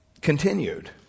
continued